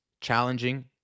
challenging